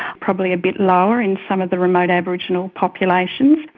probably a bit lower in some of the remote aboriginal populations.